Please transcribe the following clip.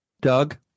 Doug